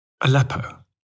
Aleppo